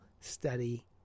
study